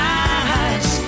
eyes